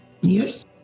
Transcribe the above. Yes